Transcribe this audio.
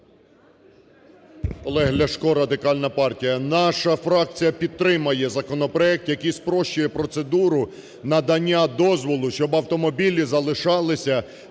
Олег Ляшко, Радикальна партія. Наша фракція підтримає законопроект, який спрощує процедуру надання дозволу, щоб автомобілі залишалися